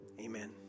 Amen